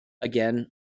Again